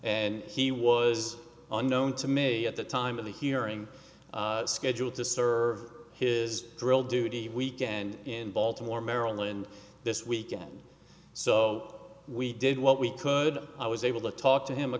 and he was unknown to me at the time of the hearing scheduled to serve his drill duty weekend in baltimore maryland this weekend so we did what we could i was able to talk to him a